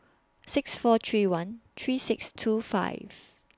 six four three one three six two five